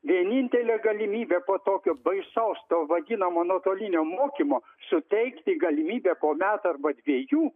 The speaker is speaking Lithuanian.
vienintelė galimybė po tokio baisaus to vadinamo nuotolinio mokymo suteikti galimybę po metų arba dviejų